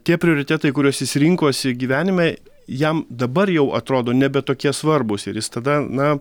tie prioritetai kuriuos jis rinkosi gyvenime jam dabar jau atrodo nebe tokie svarbūs ir jis tada na